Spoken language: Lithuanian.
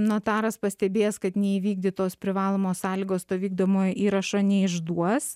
notaras pastebėjęs kad neįvykdytos privalomos sąlygos to vykdomojo įrašo neišduos